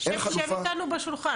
אין חלופה סבירה